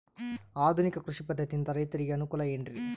ಆಧುನಿಕ ಕೃಷಿ ಪದ್ಧತಿಯಿಂದ ರೈತರಿಗೆ ಅನುಕೂಲ ಏನ್ರಿ?